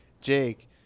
Jake